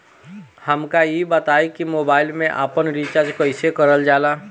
हमका ई बताई कि मोबाईल में आपन रिचार्ज कईसे करल जाला?